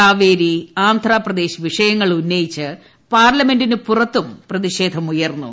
കാവേരി ആന്ധ്രാപ്രദേശ് വിഷയങ്ങൾ ഉന്നയിച്ച് പാർലമെന്റിന് പുറത്തും പ്രതിഷേധം ഉയർന്നു